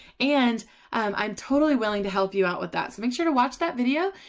and i'm totally willing to help you out with that. so, make sure to watch that video.